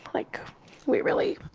like we really